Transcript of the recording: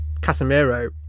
Casemiro